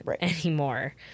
anymore